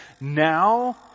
now